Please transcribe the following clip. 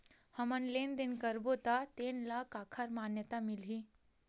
हमन लेन देन करबो त तेन ल काखर मान्यता मिलही?